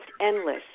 endless